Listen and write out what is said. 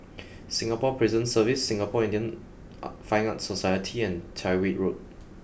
Singapore Prison Service Singapore Indian Fine Arts Society and Tyrwhitt Road